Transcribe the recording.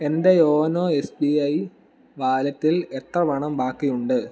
എൻ്റെ YONO S B I വാലറ്റിൽ എത്ര പണം ബാക്കിയുണ്ട്